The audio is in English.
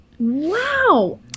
Wow